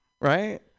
right